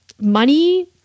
money